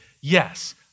Yes